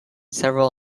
several